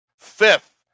Fifth